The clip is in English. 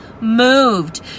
moved